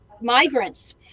migrants